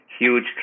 huge